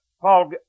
Paul